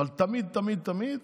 אבל תמיד תמיד תמיד,